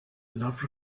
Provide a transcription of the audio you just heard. love